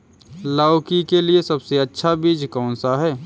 लौकी के लिए सबसे अच्छा बीज कौन सा है?